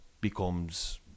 becomes